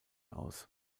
aus